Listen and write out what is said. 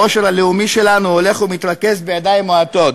העושר הלאומי שלנו הולך ומתרכז בידיים מועטות.